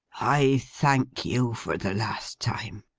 i thank you for the last time.